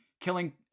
killing